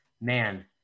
man